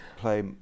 play